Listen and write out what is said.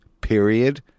Period